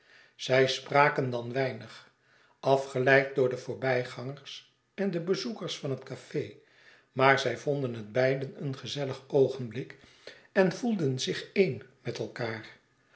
zij spraken dan weinig afgeleid door de voorbijgangers en de bezoekers van het café maar zij vonden het beiden een gezellig oogenblik en voelden zich één met elkaâr